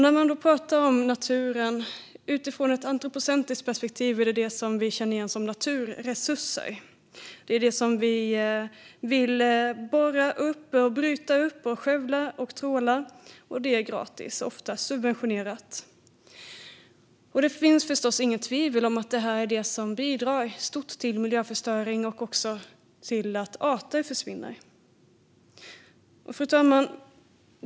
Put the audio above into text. När man talar om naturen är det som vi i ett antropocentriskt perspektiv känner igen som naturresurser och som vi vill borra upp, bryta upp, skövla och tråla oftast gratis, subventionerat. Det finns förstås inget tvivel om att det bidrar stort till miljöförstöring och också till att arter försvinner. Fru talman!